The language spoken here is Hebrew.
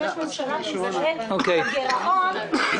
ראש עיריית מודיעין,